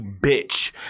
bitch